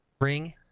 ring